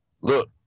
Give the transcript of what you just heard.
look